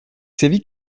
savez